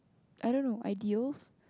I don't know ideals